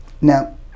Now